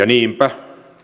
niinpä